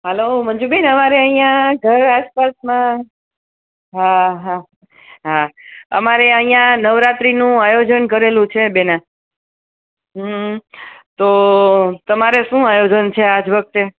હાલો મંજુબેન અમારે અહીંયા ઘર આસપાસમાં હા હા હા અમારે અહીંયા નવરાત્રિનું આયોજન કરેલુ છે બેના હમ તો તમારે શું આયોજન છે આ જ વખતે